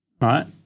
right